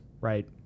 right